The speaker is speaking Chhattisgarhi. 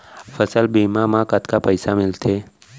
फसल बीमा म कतका पइसा मिलथे?